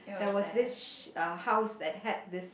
there was this sh~ uh house that had this